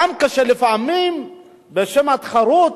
לפעמים גם בשם התחרות,